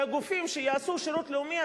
שהגופים שיעשו שירות לאומי,